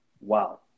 wow